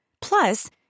Plus